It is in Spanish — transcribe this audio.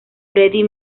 freddie